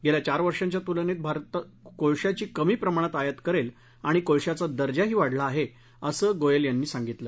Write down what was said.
गेल्या चार वर्षाच्या तुलनेत भारत कोळशाची कमी प्रमाणात आयात करेल आणि कोळशाचा दर्जाही वाढला आहे असं गोयल यांनी सांगितलं